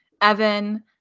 Evan